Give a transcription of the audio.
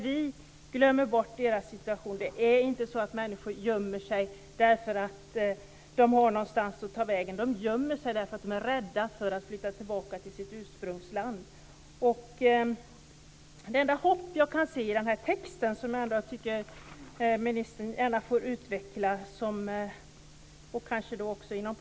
Vi glömmer bort deras situation. Det är inte så att människor gömmer sig därför att de har någonstans att ta vägen. De gömmer sig därför att de är rädda för att flytta tillbaka till sitt ursprungsland. Det enda hopp som jag kan se i texten är något som jag gärna ser att ministern utvecklar, och då kanske i en positiv anda.